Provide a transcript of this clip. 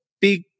big